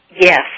Yes